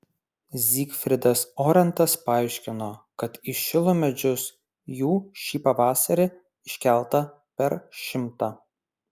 zygfridas orentas paaiškino kad į šilo medžius jų šį pavasarį iškelta per šimtą